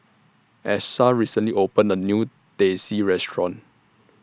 Achsah recently opened A New Teh C Restaurant